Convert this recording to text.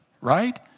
right